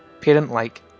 parent-like